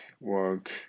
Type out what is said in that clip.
work